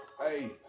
Hey